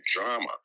drama